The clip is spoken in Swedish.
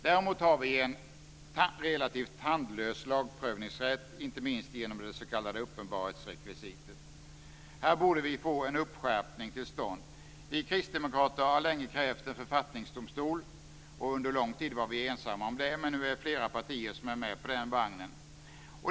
Däremot har vi en relativt tandlös lagprövningsrätt, inte minst genom det s.k. uppenbarhetsrekvisitet. Här borde vi få en uppskärpning till stånd. Vi kristdemokrater har länge krävt en författningsdomstol - under lång tid var vi ensamma om det - men nu är det flera partier som är med på den vagnen.